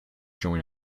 join